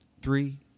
three